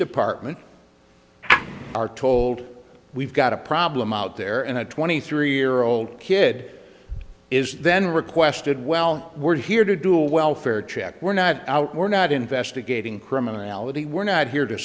department are told we've got a problem out there and a twenty three year old kid is then requested well we're here to do a welfare check we're not out we're not investigating criminality we're not here to